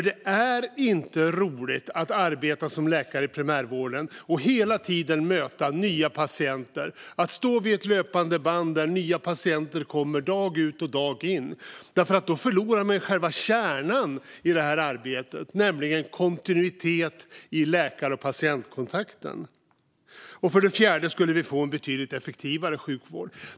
Det är nämligen inte roligt att arbeta som läkare i primärvården och hela tiden möta nya patienter, att stå som vid ett löpande band där nya patienter kommer dag ut och dag in. Då förlorar man ju själva kärnan i det här arbetet: kontinuitet i läkar och patientkontakten. Vi skulle även få en betydligt effektivare sjukvård.